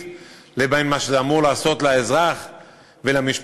לבין מה שזה אמור לעשות לאזרחים ולמשפחות.